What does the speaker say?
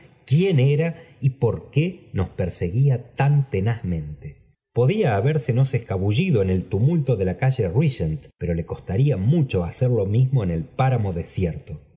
quién era y rx r quó nos perseguía tan tenazmente podía habérsenos escabullido en el tumulto de la calle regent pero le costaría mucho hacer lo mismo en el páramo desierto